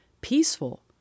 peaceful